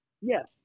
yes